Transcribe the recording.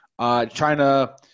China